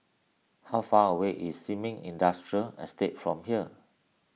how far away is Sin Ming Industrial Estate from here